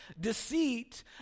deceit